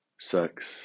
sex